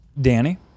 Danny